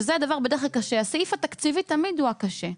הסעיף התקציבי תמיד הוא הקשה,